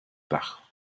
part